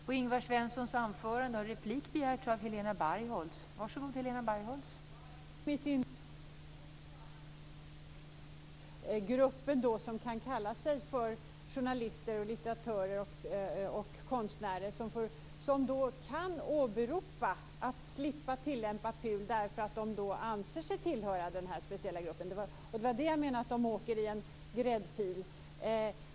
Fru talman! Jag ville i mitt inlägg peka på hur tokigt det är med den här gruppen som kan kalla sig för journalister, litteratörer och konstnärer och som kan åberopa att slippa tillämpa PUL eftersom de anser sig tillhöra den här speciella gruppen. Det var det jag menade med att de åker i en gräddfil.